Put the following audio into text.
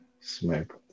smack